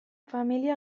familia